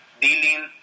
dealing